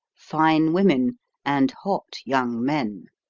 fine women and hot young men.